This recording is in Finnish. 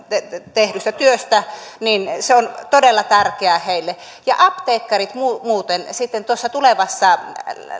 tehdystä työstä on todella tärkeä heille ja apteekkareilta muuten sitten tuossa tulevassa